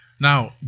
Now